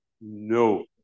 No